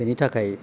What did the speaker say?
बेनि थाखाय